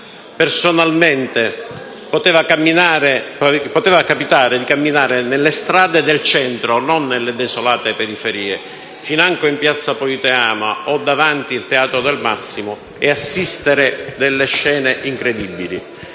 Personalmente, poteva capitare di camminare nelle strade del centro - non nelle desolate periferie - finanche in piazza Politeama o davanti al teatro Massimo e assistere a scene incredibili.